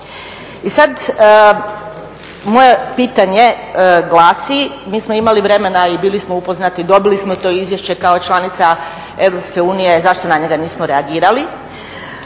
I sad moje pitanje glasi, mi smo imali vremena i bili smo upoznati, dobili smo to izvješće kao članica Europske unije, zašto na njega nismo reagirali